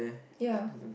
ye